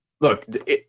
look